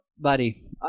Buddy